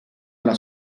alla